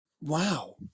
Wow